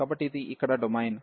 కాబట్టి ఇది ఇక్కడ డొమైన్